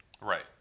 right